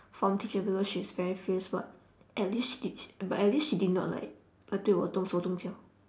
form teacher because she's very fierce but at least she d~ sh~ but at least she did not like like 对我动手动脚